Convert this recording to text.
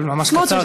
אבל ממש קצר,